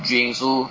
drinks so